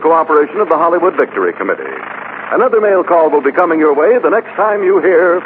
cooperation of the hollywood victory committee another male call will be coming your way the next time you hear